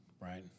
right